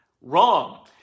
Wrong